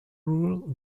rule